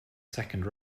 second